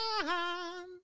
time